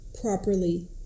properly